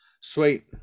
sweet